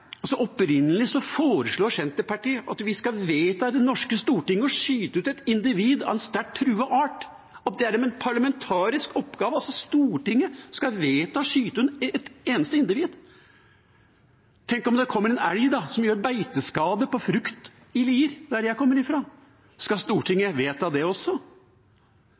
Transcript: Opprinnelig foreslo Senterpartiet at vi skulle vedta i det norske storting å skyte et individ av en sterkt truet art, at det er en parlamentarisk oppgave – altså at Stortinget skal vedta å skyte ett eneste individ. Tenk om det kommer en elg som gjør beiteskader på frukt i Lier, der jeg kommer fra. Skal Stortinget vedta det da også?